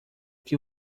que